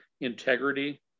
integrity